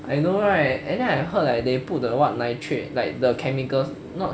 I know right and then I heard they put the what nitrate like the chemical not